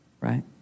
right